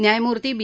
न्यायमूर्ती बी